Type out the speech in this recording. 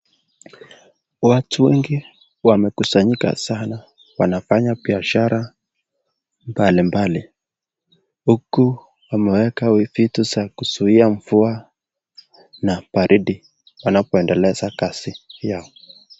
Watu wengi wamekusanyika sana wanafanya biashara mbali mbali huku wameweka vitu za kuzuia mvua na baridi